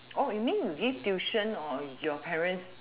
or you mean give tuition or your parents